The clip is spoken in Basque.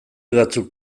batzuk